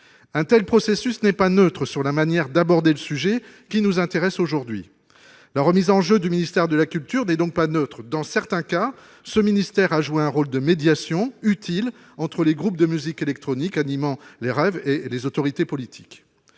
Un tel processus n'est pas sans effet sur la manière d'aborder le sujet qui nous intéresse aujourd'hui. La remise en jeu du ministère de la culture n'est donc pas neutre. Dans certains cas, ce ministère a joué un rôle de médiation utile entre les groupes de musique électronique animant les raves et les autorités politiques.